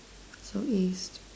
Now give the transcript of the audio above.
so east